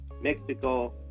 Mexico